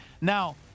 Now